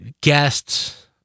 guests